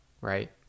right